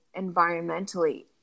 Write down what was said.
environmentally